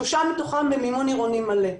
שלושה מתוכם במימון עירוני מלא.